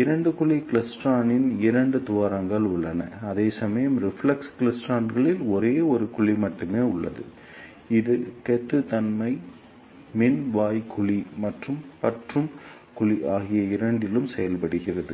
இரண்டு குழி கிளைஸ்டிரானில் இரண்டு துவாரங்கள் உள்ளன அதேசமயம் ரிஃப்ளெக்ஸ் கிளைஸ்ட்ரானில் ஒரே ஒரு குழி மட்டுமே உள்ளது இது கொத்துத் தன்மை மின் வாய் குழி மற்றும் பற்றும் குழி ஆகிய இரண்டிலும் செயல்படுகிறது